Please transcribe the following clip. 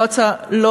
אבל יש,